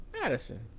Madison